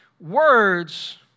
words